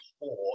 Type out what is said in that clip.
poor